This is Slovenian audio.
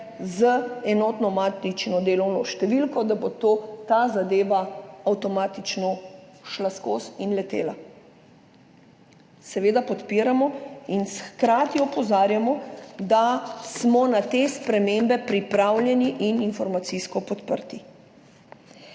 z enotno matično številko, da bo ta zadeva avtomatično šla skozi in letela. Seveda podpiramo in hkrati opozarjamo, da moramo biti na te spremembe pripravljeni in informacijsko podprti.